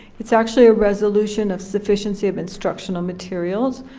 it's actually a resolution of sufficiency of instructional materials.